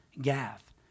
Gath